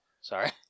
sorry